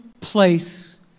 place